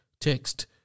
text